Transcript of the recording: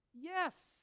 Yes